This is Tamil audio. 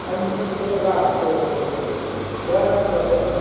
அஞ்சு போதுங்களா சரி ஓகேங்க மேடம் வேறு என்னங்க மேடம் வேணும்